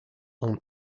ont